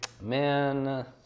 Man